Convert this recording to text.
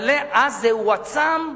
אבל אז זה הועצם.